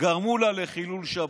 לחלל שבת.